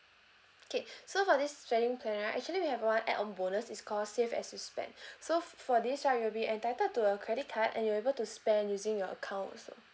okay so for this saving plan right actually we have one add on bonus is called save as you spend so for this right you will be entitled to a credit card and you are able to spend using your account also